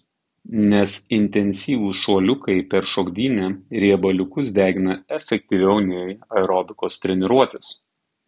nes intensyvūs šuoliukai per šokdynę riebaliukus degina efektyviau nei aerobikos treniruotės